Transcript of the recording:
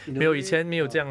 in a way uh